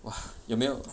!wah! 有没有